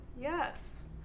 yes